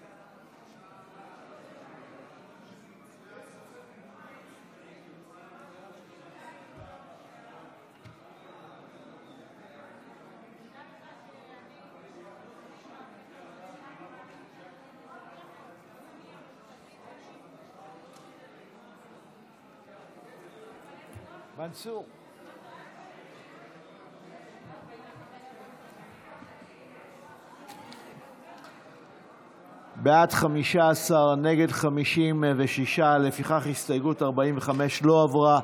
56. לפיכך הסתייגות 45 לא עברה.